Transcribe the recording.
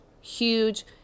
huge